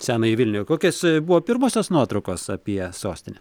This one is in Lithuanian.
senąjį vilnių kokios buvo pirmosios nuotraukos apie sostinę